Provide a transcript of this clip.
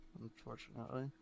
unfortunately